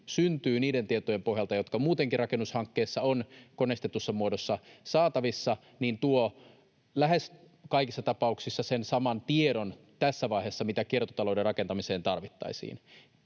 syntyy niiden tietojen pohjalta, jotka muutenkin rakennushankkeessa on koneistetussa muodossa saatavissa, tuo lähes kaikissa tapauksissa sen saman tiedon tässä vaiheessa, mitä kiertotalouden rakentamiseen tarvittaisiin,